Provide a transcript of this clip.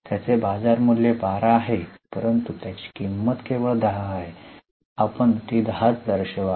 त्याचे बाजार मूल्य 12 आहे परंतु त्याची किंमत केवळ 10 आहे आपण ती 10 च दर्शवावी